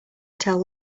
tell